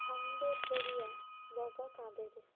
ফান্দেপড়িয়া বগা কাঁদে রে